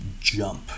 jump